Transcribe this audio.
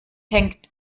hängt